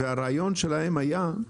והרעיון שלהם היה,